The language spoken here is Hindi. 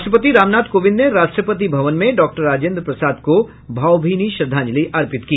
राष्ट्रपति रामनाथ कोविंद ने राष्ट्रपति भवन में डॉक्टर राजेन्द्र प्रसाद को भावभीनी श्रद्धांजलि अर्पित की